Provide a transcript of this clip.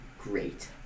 great